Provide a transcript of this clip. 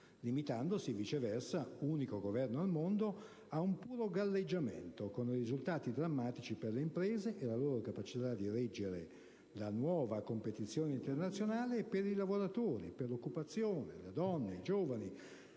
limitandosi viceversa - unico Governo al mondo - a un puro galleggiamento, con risultati drammatici per le imprese e la loro capacità di reggere la nuova competizione internazionale, per i lavoratori, per l'occupazione, le donne, i giovani,